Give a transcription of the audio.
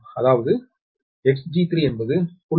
அதாவது 𝑿𝒈3என்பது 0